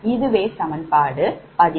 இதுவே சமன்பாடு 15